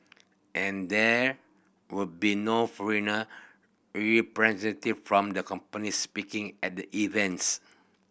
and there would be no foreigner representative from the company speaking at the events